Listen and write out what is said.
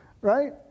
right